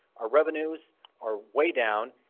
our revenues are way down.